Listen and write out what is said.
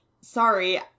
sorry